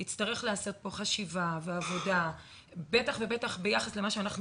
תידרש חשיבה ועבודה בטח ובטח ביחס למה שאנחנו